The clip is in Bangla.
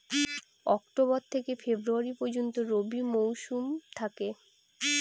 অক্টোবর থেকে ফেব্রুয়ারি পর্যন্ত রবি মৌসুম থাকে